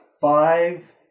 five